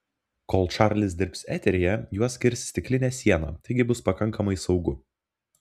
kol čarlis dirbs eteryje juos skirs stiklinė siena taigi bus pakankamai saugu